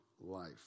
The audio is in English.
life